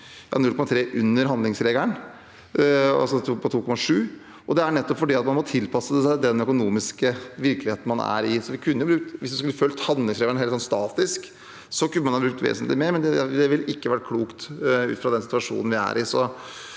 pst. under handlingsregelen, altså på 2,7 pst., og det er nettopp fordi man må tilpasse seg den økonomiske virkeligheten man er i. Hvis man skulle fulgt handlingsregelen helt statisk, kunne man ha brukt vesentlig mer, men det ville ikke vært klokt ut fra den situasjonen vi er i.